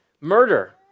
murder